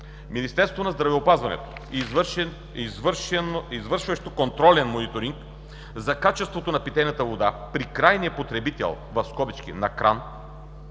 Министерството на здравеопазването, извършващо контролен мониторинг за качеството на питейната вода при крайния потребител – „на кран“,